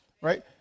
right